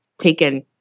taken